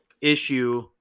issue